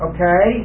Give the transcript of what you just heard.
Okay